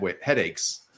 headaches